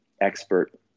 expert